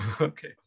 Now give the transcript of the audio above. Okay